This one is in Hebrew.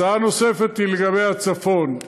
הצעה נוספת היא לגבי הצפון.